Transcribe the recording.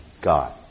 God